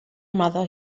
mother